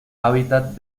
hábitat